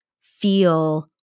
feel